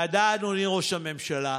ומשפט אחרון: לא נורא שיש הפגנות,